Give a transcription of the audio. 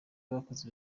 bakoze